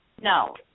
No